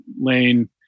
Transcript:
Lane